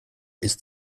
ist